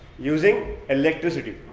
using electricity.